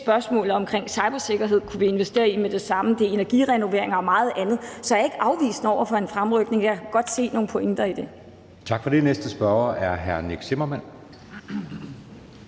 spørgsmålet omkring cybersikkerhed – det kunne vi investere i med det samme . Det er energirenovering og meget andet. Så jeg er ikke afvisende over for en fremrykning – jeg kan godt se nogle pointer i det. Kl. 13:26 Anden næstformand